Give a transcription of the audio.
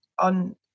on